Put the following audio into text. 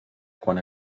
quan